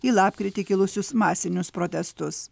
į lapkritį kilusius masinius protestus